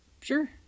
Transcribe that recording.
Sure